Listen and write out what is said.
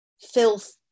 filth